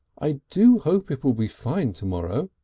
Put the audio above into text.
i do hope it will be fine to-morrow,